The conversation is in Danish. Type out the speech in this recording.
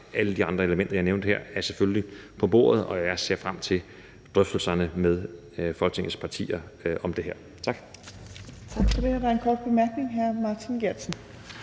alle de andre elementer, jeg nævnte her, er selvfølgelig på bordet, og jeg ser frem til drøftelserne med Folketingets partier om det her. Tak. Kl. 18:13 Tredje næstformand (Trine